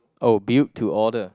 oh build to order